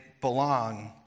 belong